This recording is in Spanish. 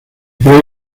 cree